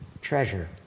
treasure